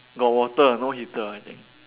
got water no heater I think